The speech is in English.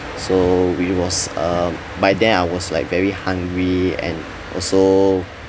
so we was um by then I was like very hungry and also